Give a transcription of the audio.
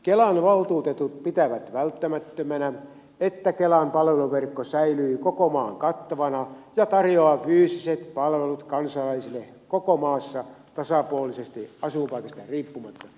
kelan valtuutetut pitävät välttämättömänä että kelan palveluverkko säilyy koko maan kattavana ja tarjoaa fyysiset palvelut kansalaisille koko maassa tasapuolisesti asuinpaikasta riippumatta